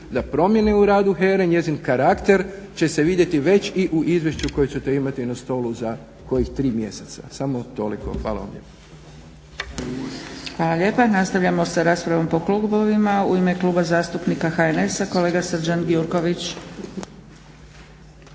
da promijeni u radu HERA-e njezin karakter će se vidjeti već i u izvješću koje ćete imati na stolu za kojih 3 mjeseca. Samo toliko, hvala vam lijepa. **Zgrebec, Dragica (SDP)** Hvala lijepa. Nastavljamo sa raspravom po klubovima. U ime Kluba zastupnika HNS-a kolega Srđan Gjurković.